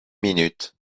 minutes